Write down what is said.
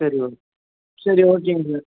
சரி ஓகே சரி ஓகேங்க சார்